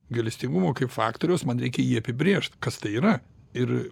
gailestingumo kaip faktoriaus man reikia jį apibrėžt kas tai yra ir